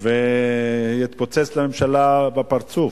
ויתפוצץ לממשלה בפרצוף.